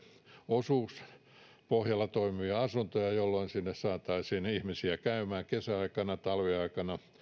osuuspohjalla toimivia asuntoja jolloin sinne saataisiin ihmisiä käymään kesäaikana ja talviaikana